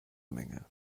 menge